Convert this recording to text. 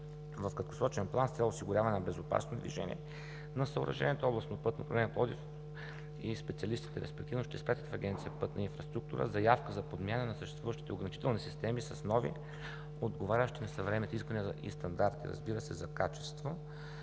В краткосрочен план – с цел осигуряване на безопасно движение на съоръжението, Областно пътно управление – Пловдив, и специалистите респективно, ще изпратят в Агенция „Пътна инфраструктура“ заявка за подмяна на съществуващите ограничителни системи с нови, отговарящи на съвременните изисквания и стандарти, разбира се, за качество.